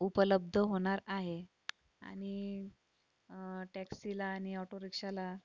उपलब्ध होणार आहे आणि टॅक्सीला आणि ऑटोरिक्षाला